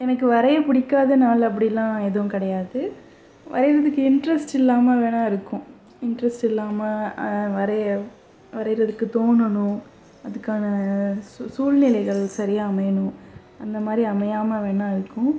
எனக்கு வரைய பிடிக்காத நாள் அப்படிலாம் எதுவும் கிடையாது வரையறதுக்கு இன்ட்ரெஸ்ட் இல்லாமல் வேணா இருக்கும் இன்ட்ரெஸ்ட் இல்லாமல் வரைய வரையறதுக்கு தோணணும் அதுக்கான சூ சூழ்நிலைகள் சரியாக அமையணும் அந்தமாதிரி அமையாமல் வேணா இருக்கும்